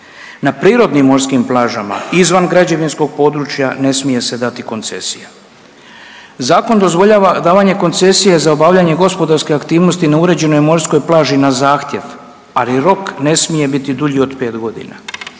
Na prirodnim morskim plažama izvan građevinskog područja ne smije se dati koncesija. Zakon dozvoljava davanje koncesije za obavljanje gospodarske aktivnosti na uređenoj morskoj plaži na zahtjev, ali rok ne smije biti dulji od pet godina.